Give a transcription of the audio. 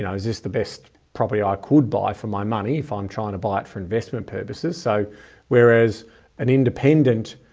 you know, is this the best property i could buy for my money if i'm trying to buy it for investment purposes? so whereas an independent,